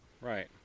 Right